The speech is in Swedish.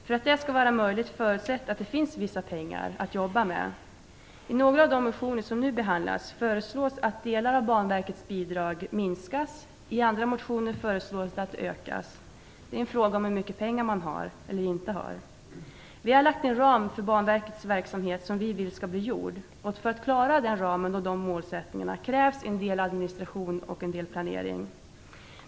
För att det skall vara möjligt förutsätts att det finns vissa pengar att jobba med. I några av de motioner som nu behandlas föreslås att delar av Banverkets bidrag skall minskas. I andra motioner föreslås att det skall ökas. Det är en fråga om hur mycket pengar man har. Vi har lagt en ram för Banverkets verksamhet, som vi vill skall bli utförd. För att klara den ramen och de målsättningarna krävs en del administration och en del planering.